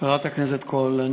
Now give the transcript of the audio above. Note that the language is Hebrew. חברת הכנסת קול,